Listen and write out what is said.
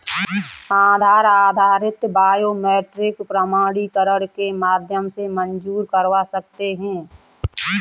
आधार आधारित बायोमेट्रिक प्रमाणीकरण के माध्यम से मंज़ूर करवा सकते हैं